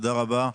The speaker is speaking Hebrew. תודה רבה.